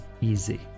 easy